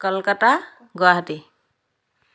Kolkata Guwahati